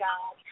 God